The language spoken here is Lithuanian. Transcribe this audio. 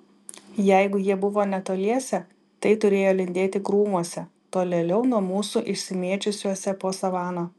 jeigu jie buvo netoliese tai turėjo lindėti krūmuose tolėliau nuo mūsų išsimėčiusiuose po savaną